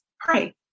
pray